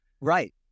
Right